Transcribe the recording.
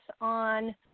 on